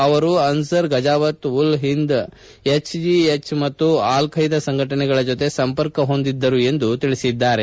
ಅವರು ಅನ್ಲರ್ ಗಜಾವತ್ ಉಲ್ ಹಿಂದ್ ಎಜಿಹೆಚ್ ಮತ್ತು ಆಲ್ ಬೈದಾ ಸಂಘಟನೆಗಳ ಜೊತೆ ಸಂಪರ್ಕ ಹೊಂದಿದ್ದರು ಎಂದು ಹೇಳಿದ್ದಾರೆ